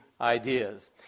ideas